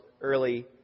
early